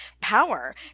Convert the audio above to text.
power